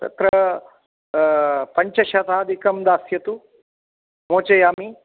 तत्र पञ्चशताधिकं दास्यतु मोचयामि